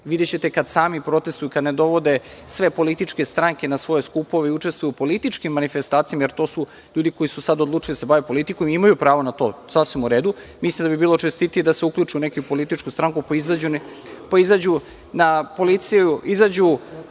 Videćete kada sami protestvuju, kada ne dovode sve političke stranke na svoje skupove i učestvuju u političkim manifestacijama, jer to su ljudi koji su sada odlučili da se bave politikom, i imaju pravo na to. Sasvim u redu. Mislim da bi bilo čestitije da se uključe u neku političku stranku, pa izađu kao politička